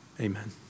Amen